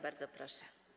Bardzo proszę.